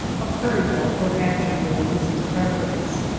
a prairie-dog or badger hole is his preference.